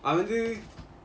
அவன் வந்து:avan vanthu